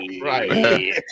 Right